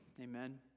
Amen